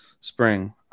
spring